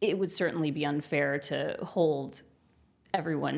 it would certainly be unfair to hold everyone